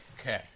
Okay